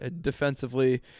defensively